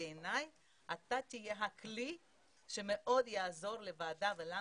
ובעיניי אתה תהיה הכלי שמאוד יעזור לוועדה ולנו,